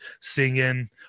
singing